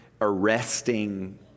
arresting